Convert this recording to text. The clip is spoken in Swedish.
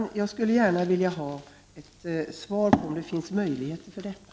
Jag skulle gärna vilja ha ett svar på frågan om det finns möjligheter till detta.